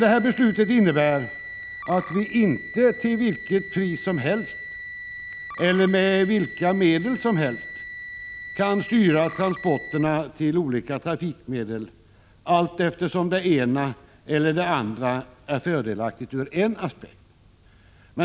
Detta beslut innebär emellertid inte att vi till vilket pris som helst eller med vilka medel som helst kan styra transporterna till olika trafikmedel allteftersom det ena eller det andra är fördelaktigt ur en aspekt.